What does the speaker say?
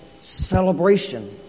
celebration